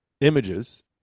images